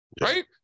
Right